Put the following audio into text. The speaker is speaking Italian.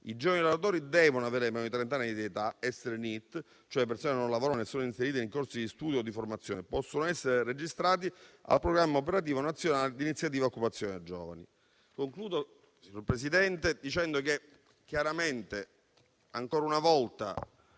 i giovani lavoratori devono avere meno di trent'anni di età, essere Neet, cioè essere persone che non lavorano, né sono inserite in corsi di studio o di formazione, così da poter essere registrati al Programma operativo nazionale Iniziativa occupazione giovani. Concludo, signor Presidente, dicendo che chiaramente ancora una volta,